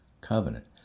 covenant